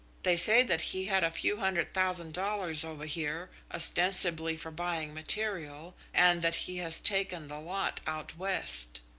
they say that he had a few hundred thousand dollars over here, ostensibly for buying material, and that he has taken the lot out west.